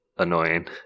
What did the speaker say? annoying